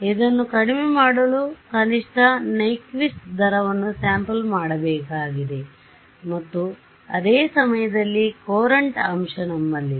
ಇದನ್ನು ಕಡಿಮೆ ಮಾಡಲು ಕನಿಷ್ಠ ನೈಕ್ವಿಸ್ಟ್ ದರವನ್ನು ಸ್ಯಾಂಪಲ್ ಮಾಡಬೇಕಾಗಿದೆ ಮತ್ತು ಅದೇ ಸಮಯದಲ್ಲಿ ಕೊರಂಟ್ ಅಂಶ ನಮ್ಮಲ್ಲಿದೆ